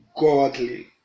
godly